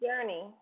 journey